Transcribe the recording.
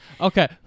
Okay